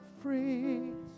free